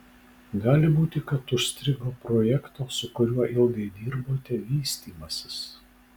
gali būti kad užstrigo projekto su kuriuo ilgai dirbote vystymasis